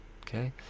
Okay